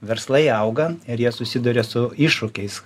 verslai auga ir jie susiduria su iššūkiais